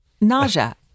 nausea